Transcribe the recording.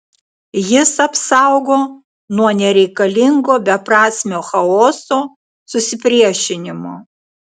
jis apsaugo nuo nereikalingo beprasmio chaoso susipriešinimo